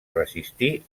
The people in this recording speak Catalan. resistir